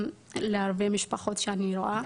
גם להרבה משפחות שאני רואה,